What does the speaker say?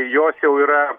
jos jau yra